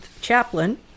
chaplain